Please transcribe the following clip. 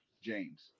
James